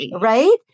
right